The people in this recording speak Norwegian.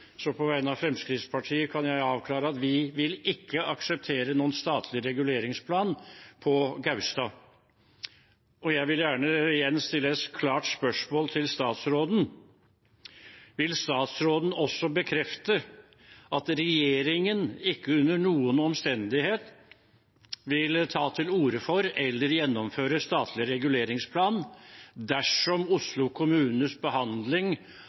På vegne av Fremskrittspartiet kan jeg avklare at vi ikke vil akseptere noen statlig reguleringsplan på Gaustad. Jeg vil gjerne igjen stille et klart spørsmål til statsråden: Vil statsråden også bekrefte at regjeringen ikke under noen omstendighet vil ta til orde for eller gjennomføre statlig reguleringsplan dersom